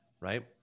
right